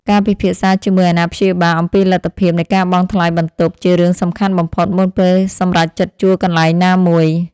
ការពិភាក្សាជាមួយអាណាព្យាបាលអំពីលទ្ធភាពនៃការបង់ថ្លៃបន្ទប់ជារឿងសំខាន់បំផុតមុនពេលសម្រេចចិត្តជួលកន្លែងណាមួយ។